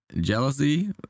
jealousy